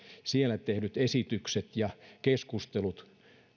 siellä tehdyt esitykset ja keskustelut